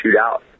Shootout